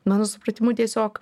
mano supratimu tiesiog